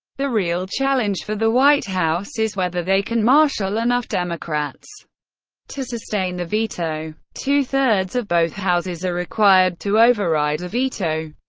the real challenge for the white house is whether they can marshal enough democrats to sustain the veto. two-thirds of both houses are required to override a veto,